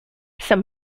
some